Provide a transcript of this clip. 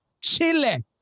Chile